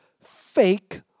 Fake